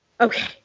Okay